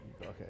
Okay